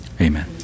amen